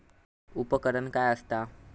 उपकरण काय असता?